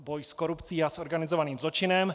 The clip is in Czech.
Boj s korupcí a organizovaným zločinem.